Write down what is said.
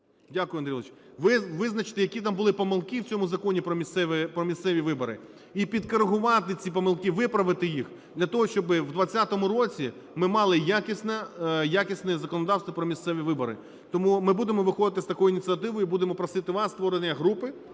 Дякую, Андрій Володимирович. Визначити, які там були помилки в цьому Законі "Про місцеві вибори" і підкоригувати ці помилки, виправити їх для того, щоб у 20-му році ми мали якісне законодавство про місцеві вибори. Тому ми будемо виходити з такою ініціативою і будемо просити вас: створення групи